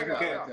רגע.